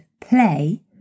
play